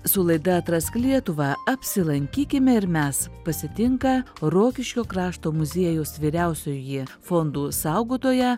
su laida atrask lietuvą apsilankykime ir mes pasitinka rokiškio krašto muziejaus vyriausioji fondų saugotoja